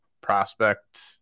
prospect